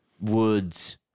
woods